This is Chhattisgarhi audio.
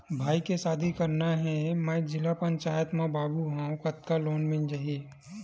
भाई के शादी करना हे मैं जिला पंचायत मा बाबू हाव कतका लोन मिल जाही?